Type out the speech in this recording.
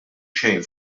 xejn